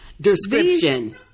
description